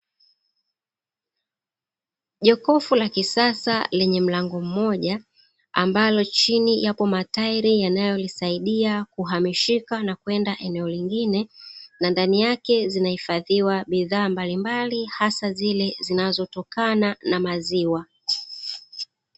Jokofu la kisasa lenye mlango, mmoja ambalo chini yako matairi yanayoisaidia kuhamishika na kwenda sehemu nyingine, na ndani yake zinahifadhiwa bidhaa mbalimbali, hasa zile zinazotokana na maziwa.